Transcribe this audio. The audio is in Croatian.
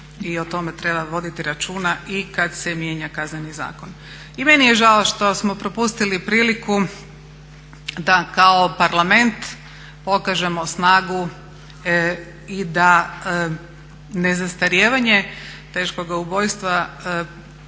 i o tome treba voditi računa i kad se mijenja Kazneni zakon. I meni je žao što smo propustili priliku da kao parlament pokažemo snagu i da nezastarijevanje teškoga ubojstva uvedemo,